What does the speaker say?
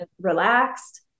relaxed